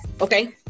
okay